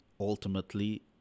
ultimately